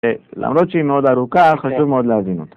למרות שהיא מאוד ארוכה, חשוב מאוד להבין אותה.